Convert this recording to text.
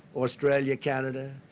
australia, canda,